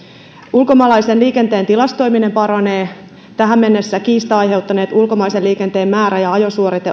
ulkomaalaisen liikenteen tilastoiminen paranee tähän mennessä kiistaa aiheuttaneet ulkomaisen liikenteen määrä ja ajosuorite